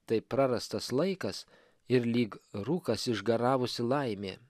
tai prarastas laikas ir lyg rūkas išgaravusi laimė